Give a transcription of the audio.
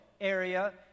area